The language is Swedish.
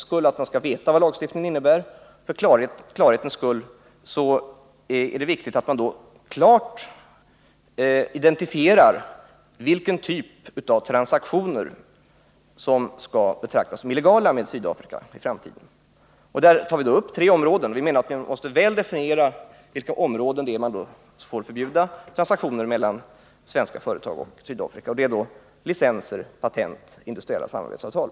För att företagen skall veta vad lagstiftningen innebär och för att man över huvud taget skall skapa klarhet är det enligt vår mening viktigt att klart identifiera vilken typ av transaktioner med Sydafrika som i framtiden skall betraktas som illegala. Vi har i det sammanhanget nämnt tre områden som borde omfattas av ett förbud, och de gäller licensgivning, patentförsäljning och industriella samarbetsavtal.